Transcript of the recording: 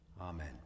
Amen